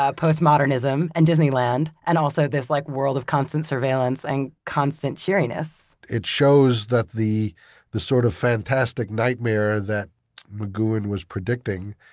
ah postmodernism, and disneyland and also this like, world of constant surveillance and constant cheeriness. it shows that the the sort of fantastic nightmare that mcgoohan was predicting,